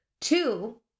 Two